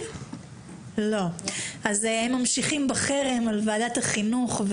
הם ממשיכים בחרם על ועדת החינוך.